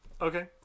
Okay